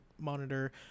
monitor